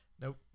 Nope